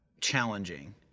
challenging